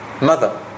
mother